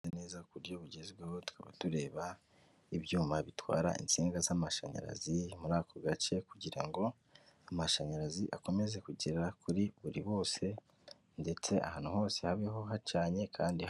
Inzu nziza ku buryo bugezweho tukaba tureba ibyuma bitwara insinga z'amashanyarazi muri ako gace kugira ngo amashanyarazi akomeze kugera kuri bose ndetse ahantu hose habeho hacanye kandi....